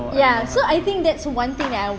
ya so I think that's one thing that I